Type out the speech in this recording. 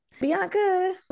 bianca